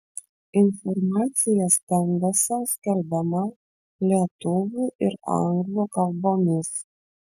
informacija stenduose skelbiama lietuvių ir anglų kalbomis